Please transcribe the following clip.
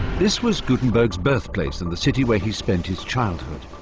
this was gutenberg's birthplace and the city where he spent his childhood.